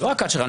לא רק אלשייך.